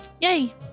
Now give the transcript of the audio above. Yay